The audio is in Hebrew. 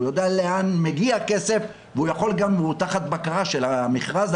הוא יודע לאן מגיע הכסף והוא תחת בקרה של המכרז,